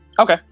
Okay